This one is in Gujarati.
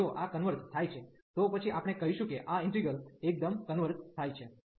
તેથી જો આ કન્વર્ઝ થાય છે તો પછી આપણે કહીશું કે આ ઈન્ટિગ્રલ integral એકદમ કન્વર્ઝ થાય છે